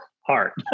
heart